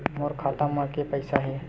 मोर खाता म के पईसा हे?